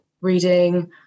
reading